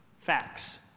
facts